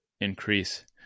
increase